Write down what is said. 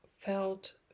felt